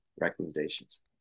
recommendations